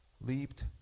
Leaped